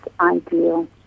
ideal